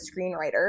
screenwriter